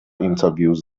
interviews